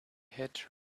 hit